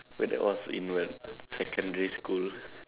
where that was in when secondary school